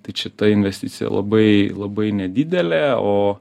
tai čia ta investicija labai labai nedidelė o